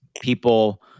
people